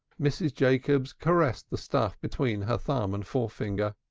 mrs. jacobs caressed the stuff between her thumb and forefinger.